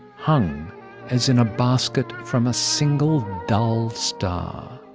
hung as in a basket from a single dull star.